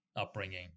upbringing